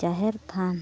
ᱡᱟᱦᱮᱨ ᱛᱷᱟᱱ